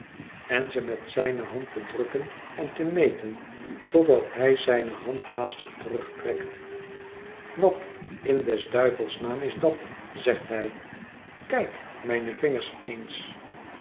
en ze met zijne hand te drukken en te meten totdat hij zijne hand haastig terugtrekt wat in des duivels naam is dat zegt hij kijk mijne vingers eens